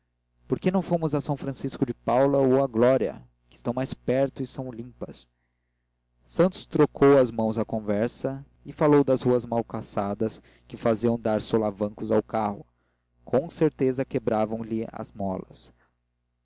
por que não fomos a são francisco de paula ou à glória que estão mais perto e são limpas santos trocou as mãos à conversa e falou das ruas mal calçadas que faziam dar solavancos ao carro com certeza quebravam lhe as molas